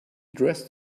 dressed